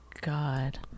god